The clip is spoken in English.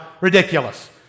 Ridiculous